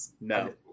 No